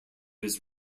his